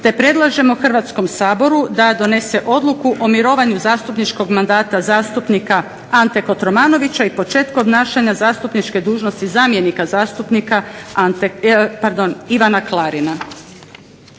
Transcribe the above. te predlažemo Hrvatskom saboru da donese Odluku o mirovanju zastupničkog mandata zastupnika Ante Kotromanovića i počeku obnašanja zastupničke dužnosti zamjenika zastupnika Ivana Klarina.